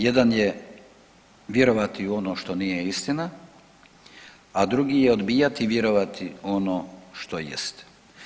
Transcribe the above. Jedan je vjerovati u ono što nije istina, a drugi je odbijati vjerovati ono što jest.